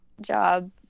job